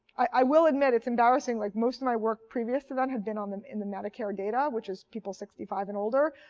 i will admit, it's embarrassing like most of my work previous to that had been um in the medicare data, which is people sixty five and older.